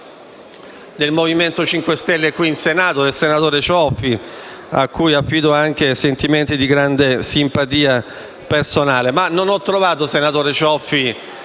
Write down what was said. del Movimento 5 Stelle qui in Senato e del senatore Cioffi, cui affido sentimenti di grande simpatia personale. Non ho trovato traccia di